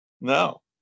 No